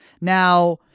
Now